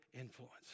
influence